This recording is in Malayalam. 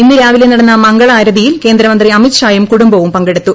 ഇന്ന് രാവിലെ നടന്ന മംഗള ആരതിയിൽ കേന്ദ്രമന്ത്രി അമിത് ഷായും കുടുംബവും പങ്കെടുത്തു